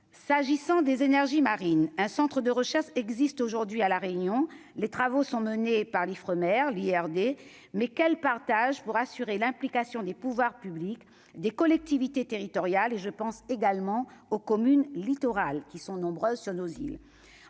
s'agissant des énergies marines, un centre de recherche existe aujourd'hui à la Réunion, les travaux sont menés par l'Ifremer, l'IRD, mais quel partage pour assurer l'implication des pouvoirs publics, des collectivités territoriales et je pense également aux communes littorales qui sont nombreuses sur nos îles